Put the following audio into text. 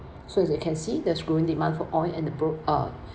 so as you can see there's growing demand for oil and the brook uh